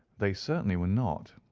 they certainly were not.